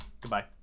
goodbye